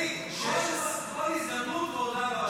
בכל הזדמנות הוא הודה.